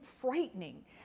frightening